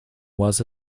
was